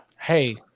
Hey